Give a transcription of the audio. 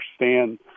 understand